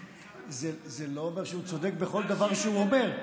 זה לא אומר שהוא צודק בכל דבר שהוא אומר,